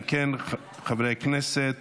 אם כן, חברי הכנסת,